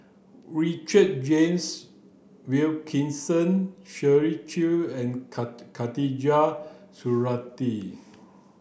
Richard James Wilkinson Shirley Chew and Khatijah Surattee